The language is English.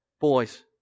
boys